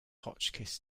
hotchkiss